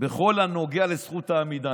בכל הנוגע לזכות העמידה.